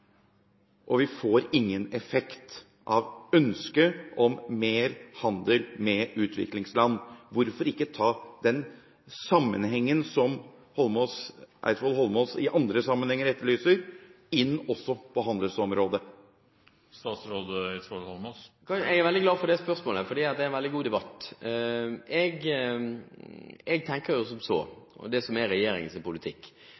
Vi får ingen effekt av ønsket om mer handel med utviklingsland. Hvorfor ikke ta den sammenhengen som statsråd Eidsvoll Holmås i andre sammenhenger etterlyser, inn også på handelsområdet? Jeg er veldig glad for det spørsmålet, for det er en veldig god debatt. Jeg tenker som så, og det er også regjeringens politikk: